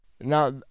Now